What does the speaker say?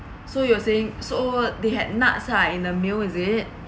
so you were saying so they had nuts ah in the meal is it